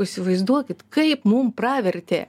įsivaizduokit kaip mum pravertė